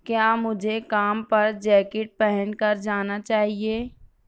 کیا مجھے کام پر جیکٹ پہن کر جانا چاہیئے